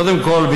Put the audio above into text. קודם כול,